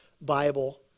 Bible